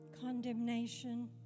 condemnation